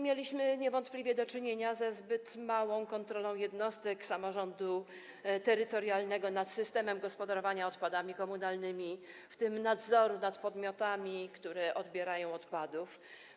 Mieliśmy niewątpliwie do czynienia ze zbyt małą kontrolą jednostek samorządu terytorialnego nad systemem gospodarowania odpadami komunalnymi, w tym nadzoru nad podmiotami, które odbierają odpady.